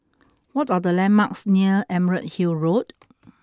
what are the landmarks near Emerald Hill Road